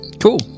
Cool